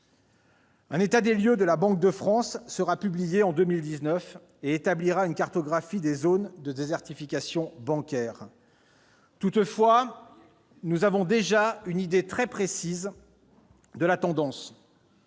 Un état des lieux de la Banque de France sera publié en 2019 qui établira une cartographie des zones de désertification bancaire. Toutefois, nous avons déjà une idée très précise de la tendance